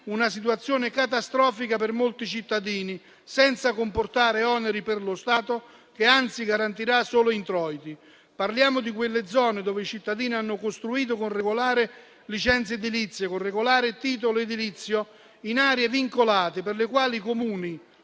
una situazione catastrofica per molti cittadini, senza comportare oneri per lo Stato e che, anzi, garantirà solo introiti. Parliamo delle zone dove i cittadini hanno costruito, con regolare licenza edilizia e con regolare titolo edilizio, in aree vincolate, per le quali i Comuni,